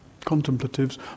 contemplatives